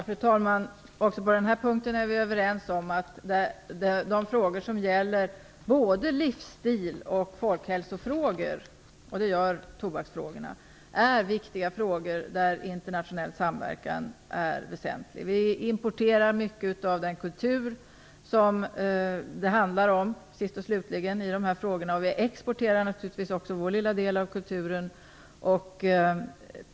Fru talman! Också på denna punkt är vi överens. Frågor som gäller både livsstil och folkhälsa, och det gör tobaksfrågorna, är viktiga. Här är internationell samverkan väsentlig. Vi importerar mycket av den kultur som det sist och slutligen handlar om i dessa frågor. Men naturligtvis exporterar vi också vår lilla del av kulturen.